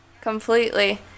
completely